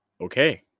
Okay